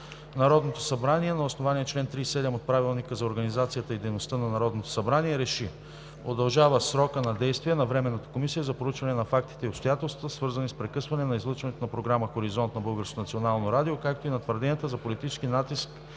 Народното събрание на основание чл. 37 от Правилника за организацията и дейността на Народното събрание РЕШИ: Удължава срока на действие на Временната комисия за проучване на фактите и обстоятелствата, свързани с прекъсване на излъчването на програма „Хоризонт“ на Българското национално радио, както и на твърденията за политически натиск